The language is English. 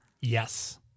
Yes